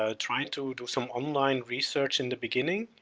ah trying to do some online research in the beginning